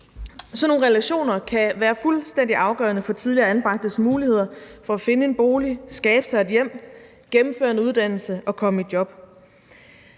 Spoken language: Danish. Sådan nogle relationer kan være fuldstændig afgørende for tidligere anbragtes muligheder for at finde en bolig, skabe sig et hjem, gennemføre en uddannelse og komme i job.